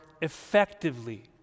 effectively